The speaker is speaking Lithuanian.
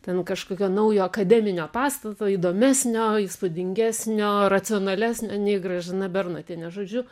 ten kažkokio naujo akademinio pastato įdomesnio įspūdingesnio racionalesnio nei gražina bernotienė žodžiu